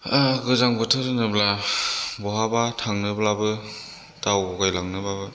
गोजां बोथोर होनोब्ला बहाबा थांनोब्लाबो दावगायलांनोब्लाबो